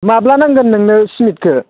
माब्ला नांगोन नोंनो सिमेन्टखौ